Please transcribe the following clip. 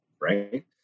right